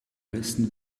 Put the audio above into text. besten